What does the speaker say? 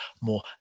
more